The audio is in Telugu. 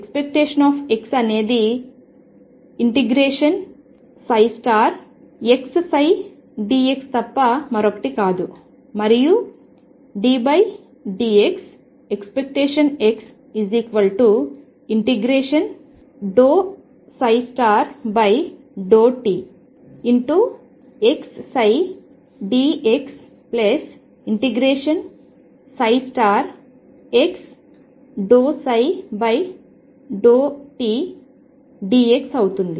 ⟨x⟩ అనేది ∫xψdx తప్ప మరొకటి కాదు మరియు ddt⟨x⟩ ∫ ∂ψ∂t xψ dx∫ x∂ψ∂t dx అవుతుంది